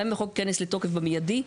גם אם החוק ייכנס לתוקף במיידי,